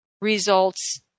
results